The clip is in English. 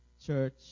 church